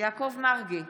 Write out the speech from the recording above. יעקב מרגי,